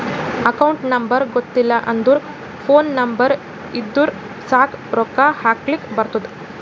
account number ಗೊತ್ತಿಲ್ಲ ಅಂದುರ್ phone number ಇದ್ದುರ್ ಸಾಕ್ ರೊಕ್ಕಾ ಹಾಕ್ಲಕ್ ಬರ್ತುದ್